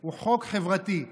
הוא חוק חברתי.